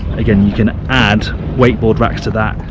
again you can add wakeboard racks to that,